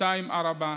עראבה,